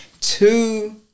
two